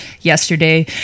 yesterday